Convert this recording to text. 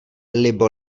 libo